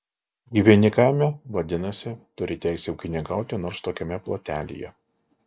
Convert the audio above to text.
gyveni kaime vadinasi turi teisę ūkininkauti nors tokiame plotelyje